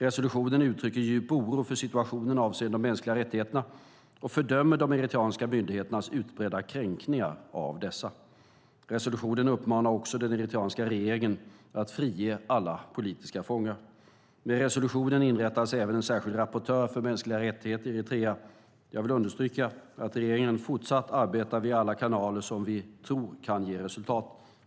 Resolutionen uttrycker djup oro för situationen avseende de mänskliga rättigheterna och fördömer de eritreanska myndigheternas utbredda kränkningar av dessa. Resolutionen uppmanar också den eritreanska regeringen att frige alla politiska fångar. Med resolutionen inrättades även en särskild rapportör för mänskliga rättigheter i Eritrea. Jag vill understryka att regeringen fortsatt arbetar via alla kanaler som vi tror kan ge resultat.